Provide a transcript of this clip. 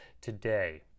today